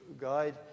guide